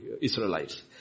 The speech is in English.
Israelites